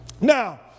Now